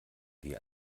wir